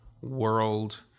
world